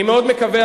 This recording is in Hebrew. אני מאוד מקווה,